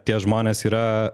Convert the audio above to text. tie žmonės yra